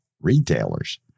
retailers